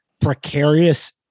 precarious